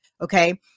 Okay